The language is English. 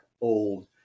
old